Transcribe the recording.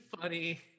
funny